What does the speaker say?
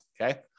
okay